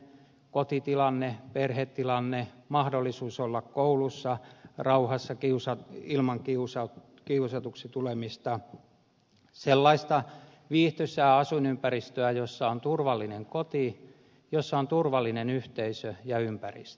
rauhallista kotitilannetta perhetilannetta mahdollisuutta olla koulussa rauhassa ilman kiusatuksi tulemista sellaista viihtyisää asuinympäristöä jossa on turvallinen koti jossa on turvallinen yhteisö ja ympäristö